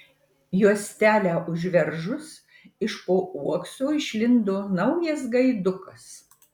juostelę užveržus iš po uokso išlindo naujas gaidukas